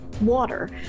water